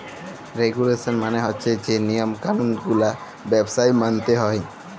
রেগুলেসল মালে হছে যে লিয়ম কালুল গুলা ব্যবসায় মালতে হ্যয়